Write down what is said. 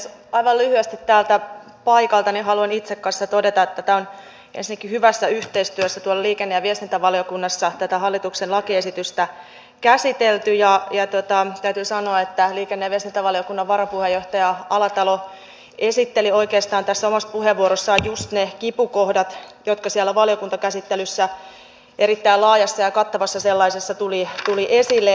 aivan lyhyesti täältä paikaltani haluan itse kanssa todeta että ensinnäkin hyvässä yhteistyössä tuolla liikenne ja viestintävaliokunnassa on tätä hallituksen lakiesitystä käsitelty ja täytyy sanoa että liikenne ja viestintävaliokunnan varapuheenjohtaja alatalo esitteli oikeastaan tässä omassa puheenvuorossaan just ne kipukohdat jotka siellä valiokuntakäsittelyssä erittäin laajassa ja kattavassa sellaisessa tulivat esille